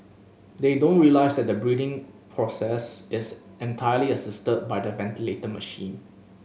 they don't realise that the breathing process is entirely assisted by the ventilator machine